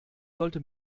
sollte